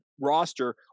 roster